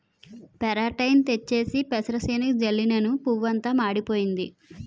పెరాటేయిన్ తెచ్చేసి పెసరసేనుకి జల్లినను పువ్వంతా మాడిపోయింది